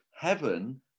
heaven